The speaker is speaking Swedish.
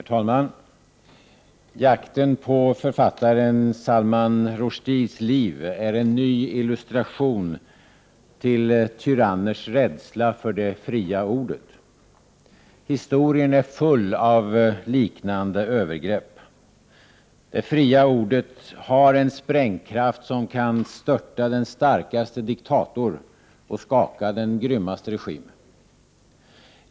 Herr talman! Jakten på författaren Salman Rushdies liv är en ny illustration till tyranners rädsla för det fria ordet. Historien är full av liknande övergrepp. Det fria ordet har en sprängkraft som kan störta den starkaste diktator och skaka den grymmaste regim.